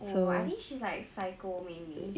oh I think she's like psycho maybe